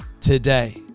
today